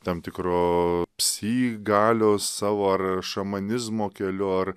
tam tikro psi galios savo ar šamanizmo keliu ar